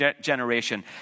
generation